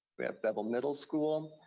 we have beville middle school.